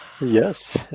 yes